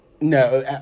No